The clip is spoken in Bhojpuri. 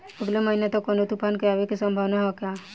अगले महीना तक कौनो तूफान के आवे के संभावाना है क्या?